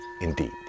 Indeed